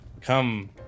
come